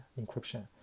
encryption